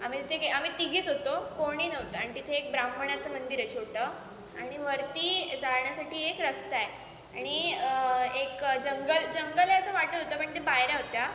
आम्ही तिथे गे आम्ही तिघीच होतो कोणी नव्हतं आणि तिथे एक ब्राह्मणाचं मंदिर आहे छोटं आणि वरती जाण्यासाठी एक रस्ता आहे आणि एक जंगल जंगल आहे असं वाटत होतं पण त्या पायऱ्या होत्या